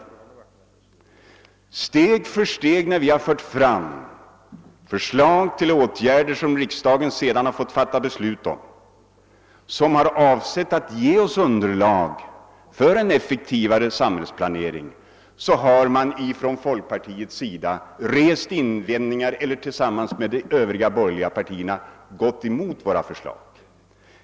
När vi steg för steg har fört fram förslag till åtgärder, som riksdagen sedan fått fatta beslut om och som har avsett att ge oss underlag för en effektivare samhällsplanering, så har man från folkpartiets sida rest invändningar eller tillsammans med de övriga borgerliga partierna gått emot våra förslag.